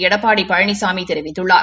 எடப்பாடி பழனிசாமி தெரிவித்துள்ளார்